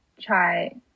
try